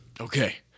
Okay